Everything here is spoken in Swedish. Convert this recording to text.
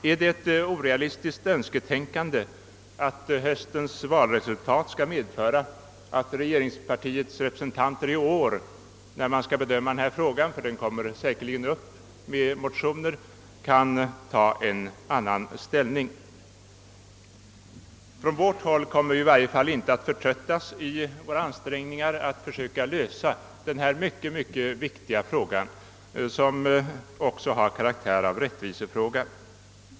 Är det ett orealistiskt önsketänkande att höstens valresultat skall medföra att regeringspartiets representanter i år vid bedömandet av frågan — den kommer säkerligen upp i motioner — intar en annan ställning? Från vårt håll kommer vi i varje fall inte att förtröttas i våra ansträngningar att försöka lösa denna mycket viktiga fråga, som i viss mån har karaktären av rättvisefråga.